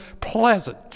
pleasant